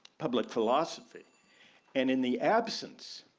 public philosophy and in the absence